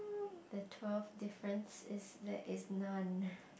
the twelfth difference is there is none